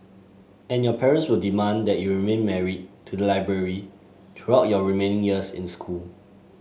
and your parents will demand that you remain married to the library throughout your remaining years in school